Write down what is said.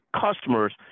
customers